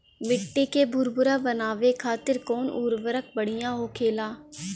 मिट्टी के भूरभूरा बनावे खातिर कवन उर्वरक भड़िया होखेला?